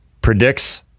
predicts